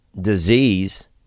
disease